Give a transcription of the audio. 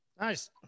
Nice